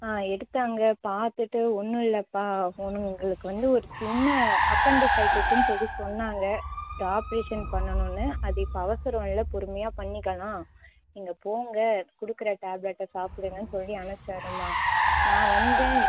ஆ எடுத்தாங்க பார்த்துட்டு ஒன்னுமில்லப்பா உங்களுக்கு வந்து ஒரு சின்ன அப்பெண்டிஸைட்டிஸ்ன்னு சொல்லி சொன்னாங்க ஆபரேஷன் பண்ணணும்னு அது இப்போ அவசரமில்ல பொறுமையாக பண்ணிக்கலாம் நீங்கள் போங்க கொடுக்குற டேப்லெட்டை சாப்பிடுங்கன்னு சொல்லி அனுப்சாருமா நான் வந்தேன்